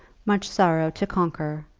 much sorrow to conquer,